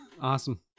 awesome